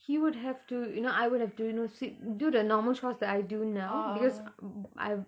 he would have to you know I would have to you know sweep do the normal chores that I do now because I